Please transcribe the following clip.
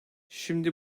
şimdi